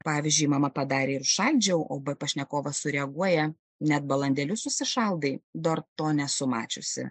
pavyzdžiui mama padarė ir šaldžiau o b pašnekovas sureaguoja net balandėlius užsišaldai dar to nesu mačiusi